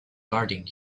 garden